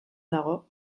dago